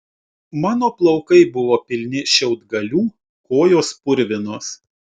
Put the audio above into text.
mano plaukai buvo pilni šiaudgalių kojos purvinos